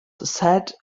sad